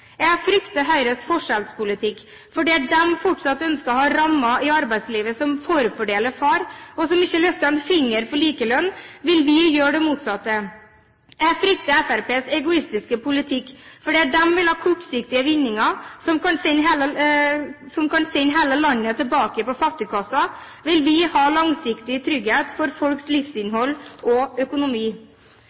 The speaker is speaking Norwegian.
Jeg frykter Høyres forskjellspolitikk. Der de fortsatt ønsker å ha rammer i arbeidslivet som forfordeler far, og som ikke løfter en finger for likelønn, vil vi gjøre det motsatte. Jeg frykter Fremskrittspartiets egoistiske politikk. Der de vil ha kortsiktige vinninger, som kan sende hele landet tilbake på fattigkassen, vil vi ha langsiktig trygghet for folks livsinnhold og økonomi.